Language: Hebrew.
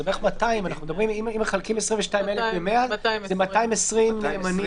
בערך 200. אם מחלקים 22,000 ל-100 זה 220 נאמנים.